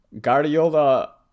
Guardiola